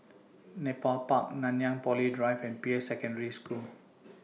Nepal Park Nanyang Poly Drive and Peirce Secondary School